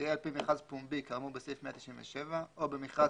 תהא על פי מכרז פומבי כאמור בסעיף 197 או במכרז